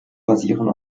basieren